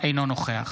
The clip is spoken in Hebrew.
אינו נוכח